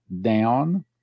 down